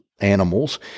Animals